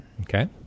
Okay